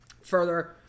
Further